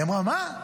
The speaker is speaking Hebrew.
היא אמרה: מה?